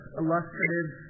illustrative